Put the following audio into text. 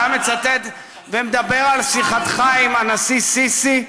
אתה מצטט ומדבר על שיחתך עם הנשיא א-סיסי,